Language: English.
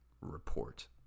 report